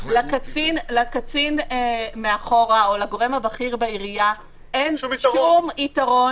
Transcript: לקצין מאחור או לגורם הבכיר בעירייה אין שום יתרון